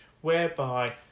whereby